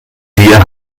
dir